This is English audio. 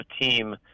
team